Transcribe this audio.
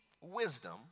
wisdom